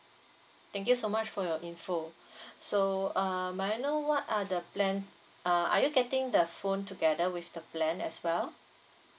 thank you so much for your info so uh may I know what are the plan uh are you getting the phone together with the plan as well